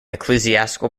ecclesiastical